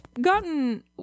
gotten